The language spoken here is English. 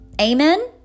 Amen